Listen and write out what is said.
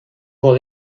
ball